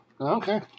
Okay